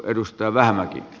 kunnioitettu puhemies